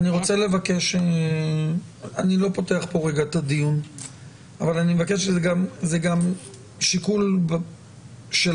אני רוצה לבקש אני לא פותח את הדיון אבל זה גם שיקול שלכם,